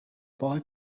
boy